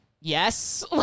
yes